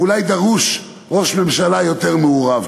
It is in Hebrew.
ואולי דרוש ראש ממשלה יותר מעורב.